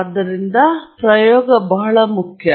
ಆದ್ದರಿಂದ ಪ್ರಯೋಗ ಬಹಳ ಮುಖ್ಯ